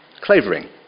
Clavering